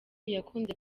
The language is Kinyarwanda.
yakunze